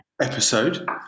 episode